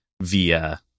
via